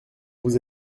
vous